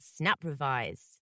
SnapRevise